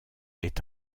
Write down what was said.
est